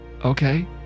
Okay